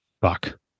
fuck